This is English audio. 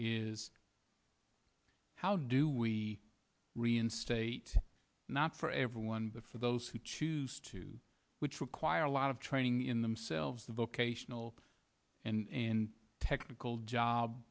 is how do we reinstate not for everyone but for those who choose to which require a lot of training in themselves the vocational technical job